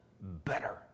better